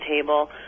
table